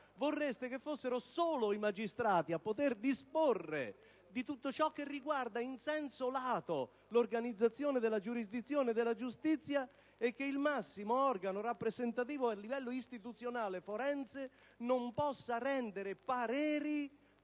vorreste che fossero solo i magistrati a poter disporre di tutto ciò che riguarda l'organizzazione della giurisdizione e della giustizia in senso lato e che il massimo organo rappresentativo a livello istituzionale forense non possa rendere pareri